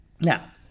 Now